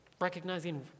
recognizing